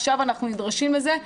עכשיו אנחנו נדרשים לזה.